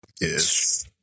Yes